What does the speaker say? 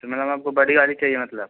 तो मैडम आपको बड़ी गाड़ी चाहिए मतलब